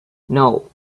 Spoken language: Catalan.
nou